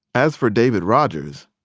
as for david rogers,